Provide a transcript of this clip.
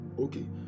Okay